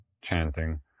chanting